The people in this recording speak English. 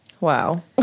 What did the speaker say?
Wow